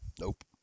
Nope